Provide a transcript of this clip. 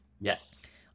yes